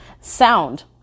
sound